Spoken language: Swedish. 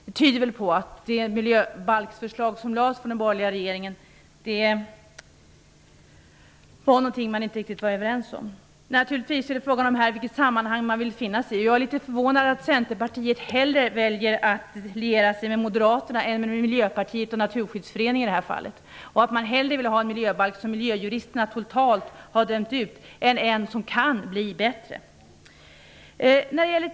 Det tyder väl på att partierna i den borgerliga regeringen inte var riktigt överens om det miljöbalksförslag som lades fram. Naturligtvis är det här också fråga om i vilket sammanhang man vill finnas. Jag är litet förvånad över att Centerpartiet hellre lierar sig med Moderaterna än med Miljöpartiet och Naturskyddsföreningen och att man hellre vill ha en miljöbalk som en av miljöjuristerna totalt har dömt ut än en som kan bli bättre.